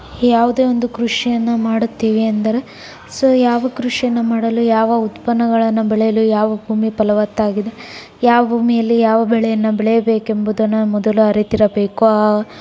ಯಾವುದೇ ಒಂದು ಕೃಷಿಯನ್ನು ಮಾಡುತ್ತೇವೆ ಎಂದರೆ ಸೊ ಯಾವ ಕೃಷಿಯನ್ನು ಮಾಡಲು ಯಾವ ಉತ್ಪನ್ನಗಳನ್ನು ಬೆಳೆಯಲು ಯಾವ ಭೂಮಿ ಫಲವತ್ತಾಗಿದೆ ಯಾವ ಭೂಮಿಯಲ್ಲಿ ಯಾವ ಬೆಳೆಯನ್ನು ಬೆಳೆಯಬೇಕೆಂಬುದನ್ನು ಮೊದಲು ಅರಿತಿರಬೇಕು ಆ